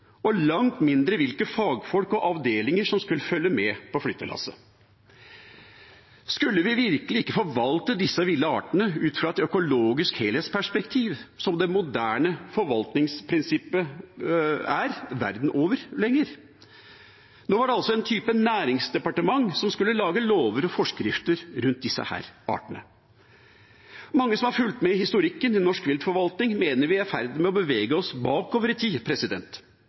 og langt mindre hvilke fagfolk og avdelinger som skulle følge med på flyttelasset. Skulle vi virkelig ikke forvalte disse ville artene ut fra et økologisk helhetsperspektiv lenger, som det moderne forvaltningsprinsippet er, verden over? Nå var det altså en type næringsdepartement som skulle lage lover og forskrifter for disse artene. Mange som har fulgt med i historikken i norsk viltforvaltning, mener vi er i ferd med å bevege oss bakover i tid,